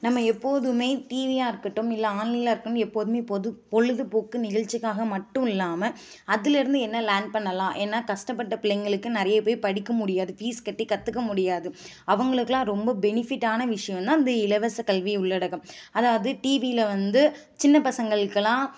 நம்ம எப்போதுமே டிவியா இருக்கட்டும் இல்லை இருக்குதுனு எப்போதுமே பொது பொழுதுபோக்கு நிகழ்ச்சிக்காக மட்டும் இல்லாமல் அதுலேயிருந்து என்ன லேர்ன் பண்ணலாம் ஏன்னா கஷ்டப்பட்ட பிள்ளைங்களுக்கு நிறைய போய் படிக்க முடியாது ஃபீஸ் கட்டி கற்றுக்க முடியாது அவங்களுக்குலாம் ரொம்ப பெனிஃபிட்டான விஷயம்னா இந்த இலவச கல்வி உள்ளடக்கம் அதாவது டிவியில வந்து சின்னப் பசங்களுக்கெல்லாம்